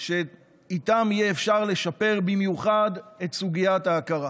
שאיתן יהיה אפשר לשפר במיוחד את סוגיית ההכרה.